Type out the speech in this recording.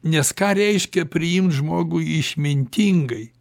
nes ką reiškia priimt žmogų išmintingai